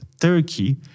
Turkey